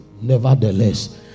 nevertheless